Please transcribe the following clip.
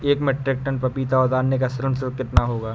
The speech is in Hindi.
एक मीट्रिक टन पपीता उतारने का श्रम शुल्क कितना होगा?